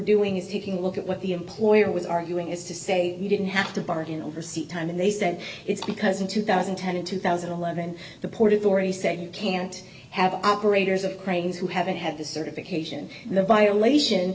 doing is taking a look at what the employer was arguing is to say you didn't have to bargain oversee time and they said it's because in two thousand and ten in two thousand and eleven the port authority said you can't have operators of cranes who haven't had the certification and the violation